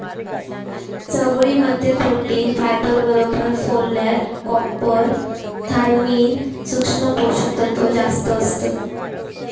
चवळी मध्ये protein, fibre बरोबर फोलेट, कॉपर, थायमिन, सुक्ष्म पोषक तत्त्व जास्तं असतत